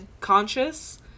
conscious